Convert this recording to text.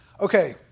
Okay